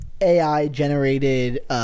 AI-generated